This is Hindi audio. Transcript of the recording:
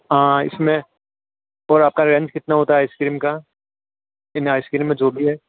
इसमें और आपका रेंज कितना होता है आइ सक्रीम का इन आइस क्रीम में जो भी है